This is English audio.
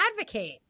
advocate